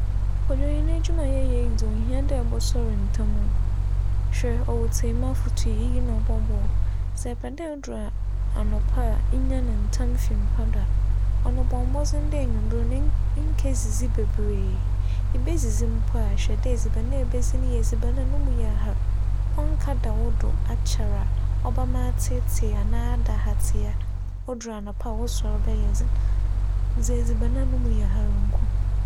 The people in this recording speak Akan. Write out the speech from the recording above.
Kodwo, hɛn edwuma a yɛyɛ yi dze ohia dɛ ebͻsor ntsɛm o. Hwɛ, ͻwo tsie m'afotu yi na ͻbͻboa wo. Sɛ epɛ dɛ odur anapa a enyan ntsɛm fi mpa do a, ͻno bͻ mbͻdzen dɛ ewimbir no nnkedzidzi beberee. Ibedzidzi mpo a, hwɛ dɛ edziban a ibedzi no no mu yɛ har, ͻnnkɛda wo do akyɛr a ͻbɛma atseetsee anaa ada hatsee a odur anapa a wosoɛr bɛyɛ dzen. Dzi edziban a no mu yɛ har nko.